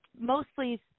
mostly